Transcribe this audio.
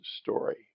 story